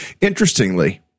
interestingly